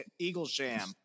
eaglesham